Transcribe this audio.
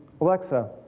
Alexa